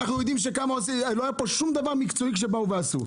לא היה פה שום דבר מקצועי כשבאו ועשו.